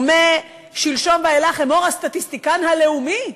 ומשלשום ואילך אמור: הסטטיסטיקן הלאומי,